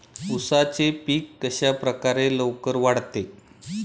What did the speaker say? उसाचे पीक कशाप्रकारे लवकर वाढते?